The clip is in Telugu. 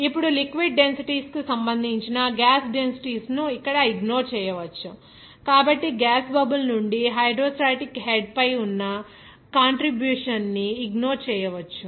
ఇప్పుడు లిక్విడ్ డెన్సిటీస్ కు సంబంధించిన గ్యాస్ డెన్సిటీస్ ను ఇక్కడ ఇగ్నోర్ చేయవచ్చు కాబట్టి గ్యాస్ బబుల్ నుండి హైడ్రోస్టాటిక్ హెడ్ పై ఉన్న కాంట్రిబ్యూషన్ ని ఇగ్నోర్ చేయవచ్చు